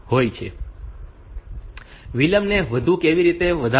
વિલંબને વધુ કેવી રીતે વધારવો